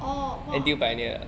orh !wah!